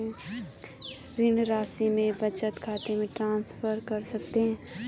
ऋण राशि मेरे बचत खाते में ट्रांसफर कर सकते हैं?